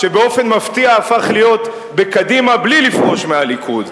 שבאופן מפתיע הפך להיות בקדימה בלי לפרוש מהליכוד.